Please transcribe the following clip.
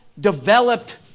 developed